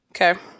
okay